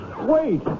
wait